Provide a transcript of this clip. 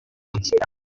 gukira